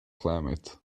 climate